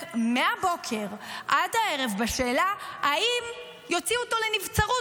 מהבוקר עד הערב בשאלה האם יוציאו אותו לנבצרות,